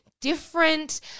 different